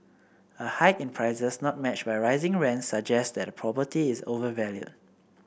a hike in prices not matched by rising rents suggests that a property is overvalued